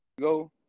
go